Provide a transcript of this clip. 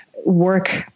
work